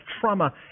trauma